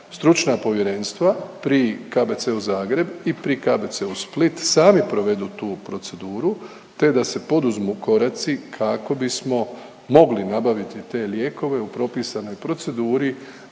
stručna povjerenstva pri KBC-u Zagreb i pri KBC-u Split sami provedu tu proceduru te da se poduzmu koraci kako bismo mogli nabaviti te lijekove u propisanoj proceduri